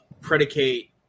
predicate